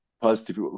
positive